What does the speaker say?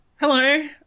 Hello